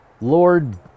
Lord